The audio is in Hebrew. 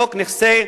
חוק נכסי,